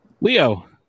Leo